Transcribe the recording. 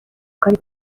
کاری